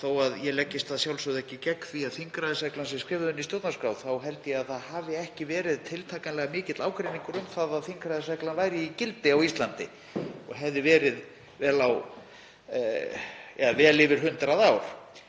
þó að ég leggist að sjálfsögðu ekki gegn því að þingræðisreglan sé skrifuð inn í stjórnarskrá þá held ég að ekki hafi verið tiltakanlega mikill ágreiningur um að þingræðisreglan væri í gildi á Íslandi og hefði verið í vel yfir 100 ár